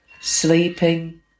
Sleeping